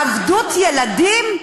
עבדות ילדים?